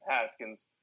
Haskins